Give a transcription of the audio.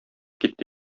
китте